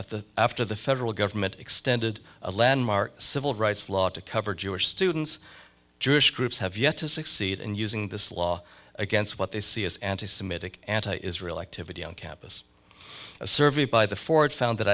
the after the federal government extended a landmark civil rights law to cover jewish students jewish groups have yet to succeed in using this law against what they see as anti semitic anti israel activity on campus a survey by the ford found that